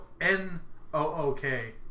N-O-O-K